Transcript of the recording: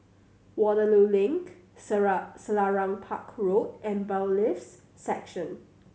Waterloo Link Selarang Park Road and Bailiffs' Section